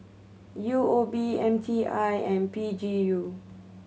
U O B M T I and P G U